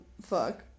fuck